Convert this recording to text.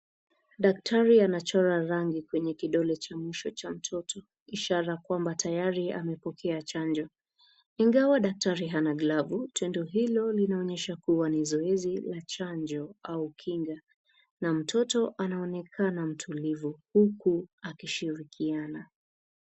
Daktari anachora rangi kwenye kidole cha mwisho cha mtoto. Ishara kwamba tayari amepokea chanjo. Ingawa daktari hana glavu tendo hilo linaonyesha kuwa ni zoezi la chanjo au kinga na mtoto anaonekana mtulivu huku akishirikiana.